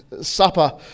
supper